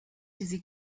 چیزی